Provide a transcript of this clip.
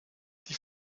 die